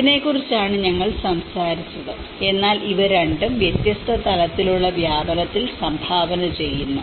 ഇതിനെക്കുറിച്ചാണ് ഞങ്ങൾ സംസാരിച്ചത് എന്നാൽ ഇവ രണ്ടും വ്യത്യസ്ത തലത്തിലുള്ള വ്യാപനത്തിൽ സംഭാവന ചെയ്യുന്നു